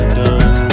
done